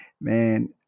Man